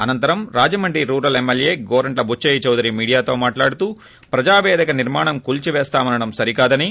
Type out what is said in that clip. అసంతరం Rajahmundry rural MLA Gorantla Butchaiah Chowdary మీడియాతో మాట్లాడుతూ ప్రజాపేదిక నిర్మాణం కూల్సి పేస్తామనేడం సరికాదని